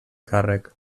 càrrec